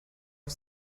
auf